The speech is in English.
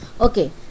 okay